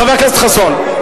חבר הכנסת חסון.